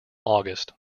august